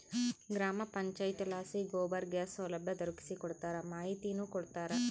ಗ್ರಾಮ ಪಂಚಾಯಿತಿಲಾಸಿ ಗೋಬರ್ ಗ್ಯಾಸ್ ಸೌಲಭ್ಯ ದೊರಕಿಸಿಕೊಡ್ತಾರ ಮಾಹಿತಿನೂ ಕೊಡ್ತಾರ